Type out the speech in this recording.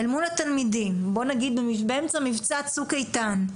אל מול התלמידים, בואו נגיד באמצע מבצע צוק איתן,